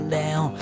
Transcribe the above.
down